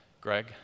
Greg